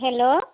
hello